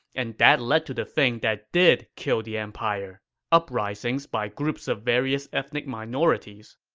and that led to the thing that did kill the empire uprisings by groups of various ethnic minorities.